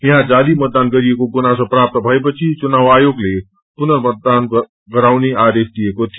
यहाँ जाली मतदानगरिएको गुनासो प्राप्त भएपछि चुनाव आयोगले पुर्नमतदान गराउने आदेश दिएको थियो